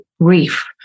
grief